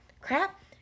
crap